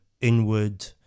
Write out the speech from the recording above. inward